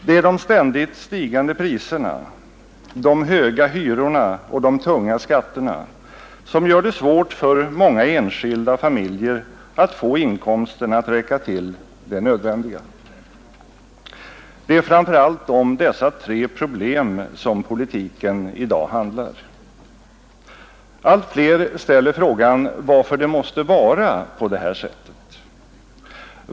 Det är de ständigt stigande priserna, de höga hyrorna och de tunga skatterna, som gör det svårt för många enskilda och familjer att få inkomsterna att räcka till det nödvändiga. Det är framför allt om dessa tre problem som politiken i dag handlar. Allt fler ställer frågan varför det måste vara på det här sättet.